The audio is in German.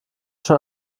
schon